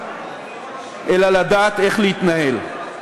אלא לדעת איך להתנהל.